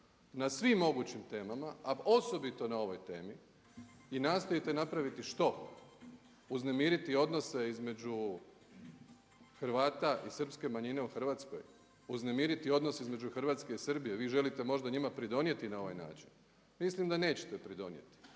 na svim mogućim temama a osobito na ovoj temi i nastojite napraviti, što, uznemiriti odnose između Hrvata i srpske manjine u Hrvatskoj? Uznemiriti odnos između Hrvatske i Srbije? Vi želite možda njima pridonijeti na ovaj način? Mislim da nećete pridonijeti